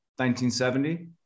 1970